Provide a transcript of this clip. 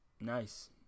Nice